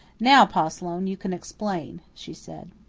now, pa sloane, you can explain, she said.